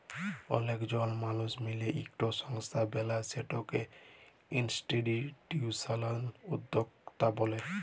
অলেক জল মালুস মিলে ইকট সংস্থা বেলায় সেটকে ইনিসটিটিউসলাল উদ্যকতা ব্যলে